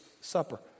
supper